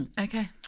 Okay